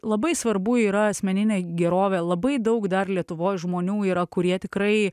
labai svarbu yra asmeninė gerovė labai daug dar lietuvos žmonių yra kurie tikrai